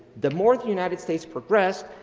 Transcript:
the more the united states progressed,